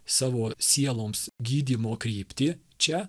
savo sieloms gydymo kryptį čia